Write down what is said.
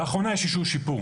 לאחרונה יש איזשהו שיפור.